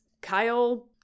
Kyle